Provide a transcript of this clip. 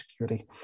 security